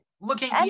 looking